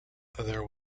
there